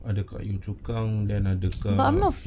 ada kat yio chu kang then ada kat